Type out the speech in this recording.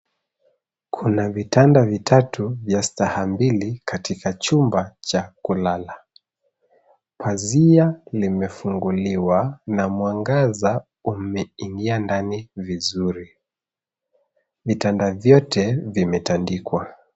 Kuna vitanda vitatu vya staha mbili katika chumba cha kulala. Pazia limefunguliwa na mwangaza umeingia ndani viziru. Vitanda vyote vimetandikwa